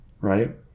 right